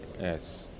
Yes